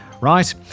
right